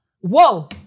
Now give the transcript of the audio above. Whoa